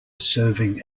serving